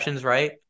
Right